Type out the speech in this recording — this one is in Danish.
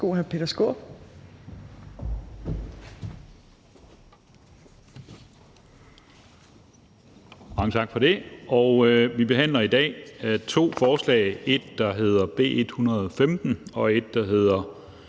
tak for det. Vi sambehandler i dag to forslag, nemlig et, der hedder B 115, og et, der hedder